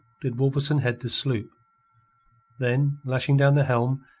did wolverstone head the sloop then, lashing down the helm,